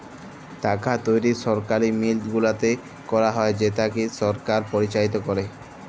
টাকা তৈরি সরকারি মিল্ট গুলাতে ক্যারা হ্যয় যেটকে সরকার পরিচালিত ক্যরে